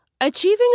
Achieving